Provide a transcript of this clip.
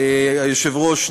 היושב-ראש,